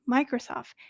Microsoft